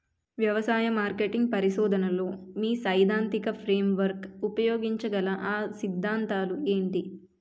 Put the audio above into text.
వ్యవసాయ మార్కెటింగ్ పరిశోధనలో మీ సైదాంతిక ఫ్రేమ్వర్క్ ఉపయోగించగల అ సిద్ధాంతాలు ఏంటి?